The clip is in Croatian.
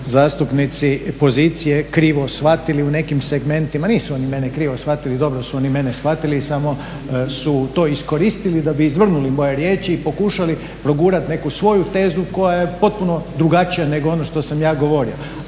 zastupnici pozicije krivo shvatili u nekim segmentima. Nisu oni mene krivo shvatili, dobro su oni mene shvatili samo su to iskoristili da bi izvrnuli moje riječi i pokušali progurati neku svoju tezu koja je potpuno drugačija nego ono što sam ja govorio.